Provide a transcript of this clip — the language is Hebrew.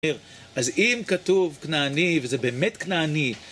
אז אם כתוב כנעני, וזה באמת כנעני